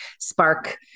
spark